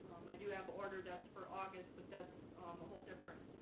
um, i do have ordered that's for august but that's um a whole different